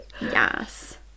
Yes